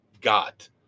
got